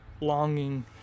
longing